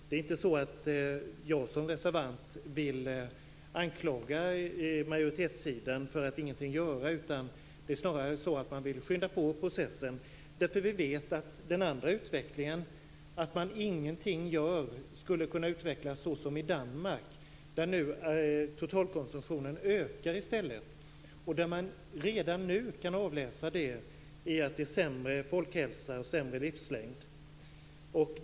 Det är inte så att jag som reservant vill anklaga majoritetssidan för att ingenting göra. Det handlar snarare om att skynda på processen. Vi vet ju att den andra utvecklingen, att man ingenting gör, skulle kunna att det utvecklas så som i Danmark. Där ökar nu totalkonsumtionen i stället för att minska, och det kan man redan nu avläsa i att det är sämre folkhälsa och sämre livslängd.